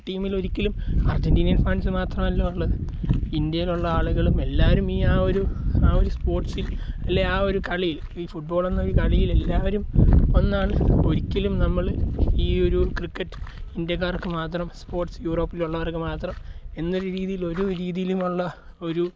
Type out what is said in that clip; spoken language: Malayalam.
ടീമിൽ ഒരിക്കലും അർജൻറ്റിനിയൻ ഫാൻസ് മാത്രമല്ല ഉള്ളത് ഇന്ത്യയിലുള്ള ആളുകളും എല്ലാവരും ഈ ആ ഒരു ആ ഒരു സ്പോർട്സിൽ ഇല്ലേ ആ ഒരു കളിയിൽ ഈ ഫുട്ബോൾ എന്നൊരു കളിയിൽ എല്ലാവരും ഒന്നാണ് ഒരിക്കലും നമ്മൾ ഈ ഒരു ക്രിക്കറ്റ് ഇന്ത്യക്കാർക്ക് മാത്രം സ്പോർട്സ് യൂറോപ്പിൽ ഉള്ളവർക്ക് മാത്രം എന്ന രീതിയിൽ ഒരു രീതിയിലും ഉള്ള ഒരു